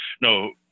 No